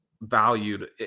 valued